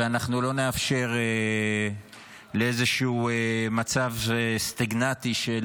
ואנחנו לא נאפשר לאיזשהו מצב סטגנטי של